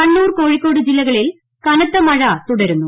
കണ്ണൂർ കോഴിക്കോട് ജില്ലകളിൽ കനത്ത മഴ തുടരുന്നു